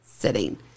sitting